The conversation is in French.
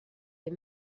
les